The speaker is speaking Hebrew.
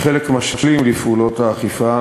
כחלק משלים לפעולות האכיפה,